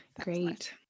Great